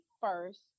first